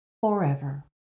forever